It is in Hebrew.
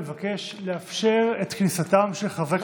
אני מבקש לאפשר את כניסתם של חברי כנסת אחרים.